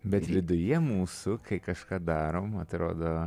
bet viduje mūsų kai kažką darom atrodo